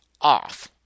off